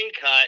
cut